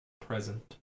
present